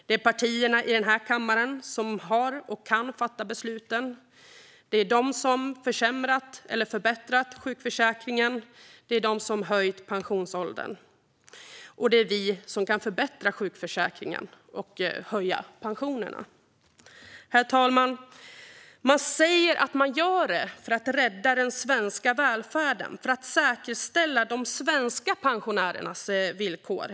Det är partierna i den här kammaren som fattar besluten och som kan försämra sjukförsäkringen och höja pensionsåldern eller förbättra sjukförsäkringen och höja pensionerna. Herr talman! Man säger att man gör detta för att rädda den svenska välfärden och för att säkerställa de svenska pensionärernas villkor.